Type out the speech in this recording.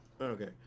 Okay